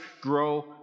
grow